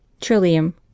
Trillium